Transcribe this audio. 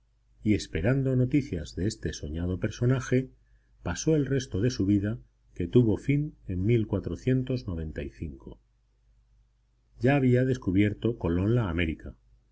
y esperando noticias de este soñado personaje pasó el resto de su vida que tuvo fin en ya había descubierto colón la américa